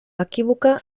equívoca